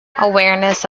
awareness